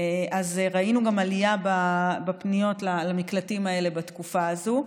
אז ראינו גם עלייה בפניות למקלטים האלה בתקופה הזאת.